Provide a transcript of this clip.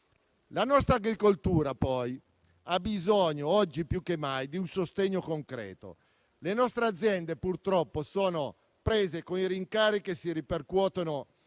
La nostra agricoltura, poi, ha bisogno, oggi più che mai, di un sostegno concreto. Le nostre aziende, purtroppo, sono alle prese con i rincari che si ripercuotono